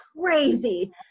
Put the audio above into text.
crazy